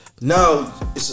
Now